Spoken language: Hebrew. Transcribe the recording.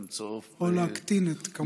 או להקטין את כמות,